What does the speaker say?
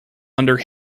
under